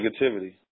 negativity